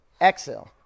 Exhale